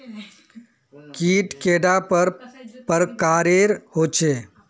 कीट कैडा पर प्रकारेर होचे?